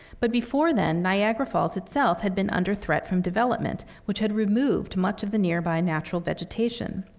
but before then, niagara falls itself had been under threat from development, which had removed much of the nearby natural vegetation.